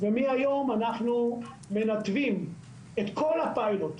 מחר אנחנו נדע את הרמזור ליום ראשון